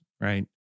right